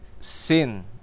sin